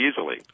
easily